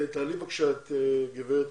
חברי